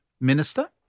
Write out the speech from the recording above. minister